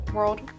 World